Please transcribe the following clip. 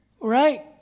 Right